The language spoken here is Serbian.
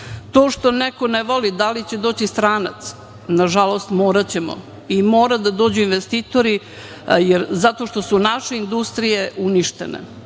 To što neko ne voli da dođe stranac, nažalost, moraćemo i mora da dođu investitori zato što su naše industrije uništene.